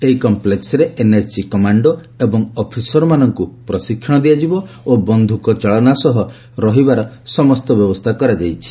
ଏହି କଂପ୍ଲେକ୍ସରେ NSG commando ଏବଂ ଅଫିସରମାନଙ୍କୁ ପ୍ରଶିକ୍ଷଣ ଦିଆଯିବ ଓ ବନ୍ଧୁକ ଚାଳନା ସହ ରହିବାର ସମସ୍ତ ବ୍ୟବସ୍ଥା କରାଯାଇଛି